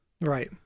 Right